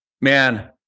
man